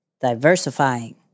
diversifying